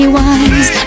wise